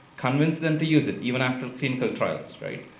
convince them to use it, even after clinical trials. right?